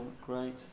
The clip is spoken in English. great